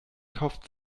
kauft